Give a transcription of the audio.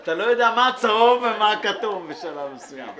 אתה לא יודע מה הצהוב ומה הכתום בשלב מסוים.